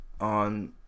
on